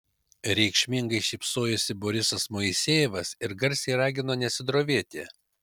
reikšmingai šypsojosi borisas moisejevas ir garsiai ragino nesidrovėti